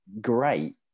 great